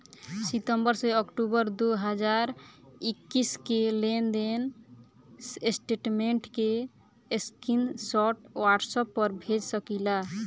सितंबर से अक्टूबर दो हज़ार इक्कीस के लेनदेन स्टेटमेंट के स्क्रीनशाट व्हाट्सएप पर भेज सकीला?